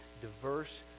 diverse